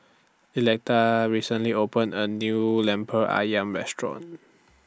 Electa recently opened A New Lemper Ayam Restaurant